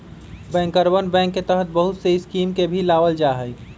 बैंकरवन बैंक के तहत बहुत से स्कीम के भी लावल जाहई